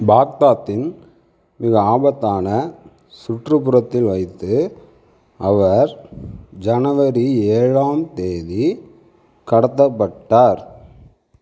பாக்தாத்தின் மிக ஆபத்தான சுற்றுப்புறத்தில் வைத்து அவர் ஜனவரி ஏழாம் தேதி கடத்தப்பட்டார்